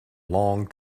long